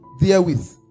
therewith